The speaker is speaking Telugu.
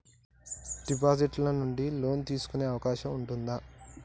డిపాజిట్ ల నుండి లోన్ తీసుకునే అవకాశం ఉంటదా?